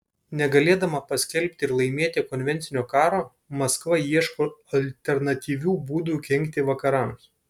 negalėdama paskelbti ir laimėti konvencinio karo maskva ieško alternatyvių būdų kenkti vakarams